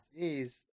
Jeez